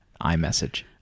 iMessage